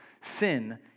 sin